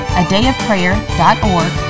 adayofprayer.org